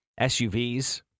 SUVs